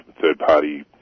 third-party